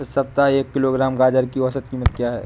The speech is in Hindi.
इस सप्ताह एक किलोग्राम गाजर की औसत कीमत क्या है?